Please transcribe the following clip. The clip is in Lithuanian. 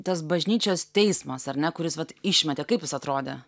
tas bažnyčios teismas ar ne kuris vat išmetė kaip jis atrodė